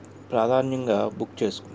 ప్రాధాన్యంగా బుక్ చేసుకు